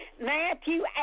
Matthew